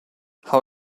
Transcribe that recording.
how